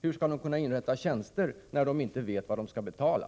Hur skall kommunerna kunna inrätta tjänster när de inte vet vad de skall betala?